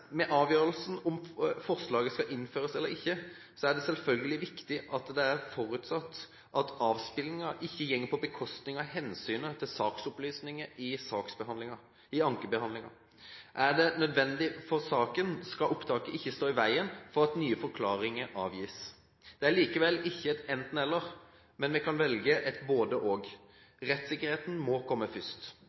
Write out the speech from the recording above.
med å komme videre kan bli kortere og bedre. Ved avgjørelsen av om forslaget skal innføres eller ikke, er det selvfølgelig viktig at det er forutsatt at avspillingen ikke går på bekostning av hensynet til saksopplysning i ankebehandlingen. Er det nødvendig for saken, skal opptaket ikke stå i veien for at nye forklaringer avgis. Det er likevel ikke et enten–eller, men vi kan velge et både–og. Rettsikkerheten må komme først.